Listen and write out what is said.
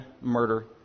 murder